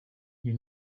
you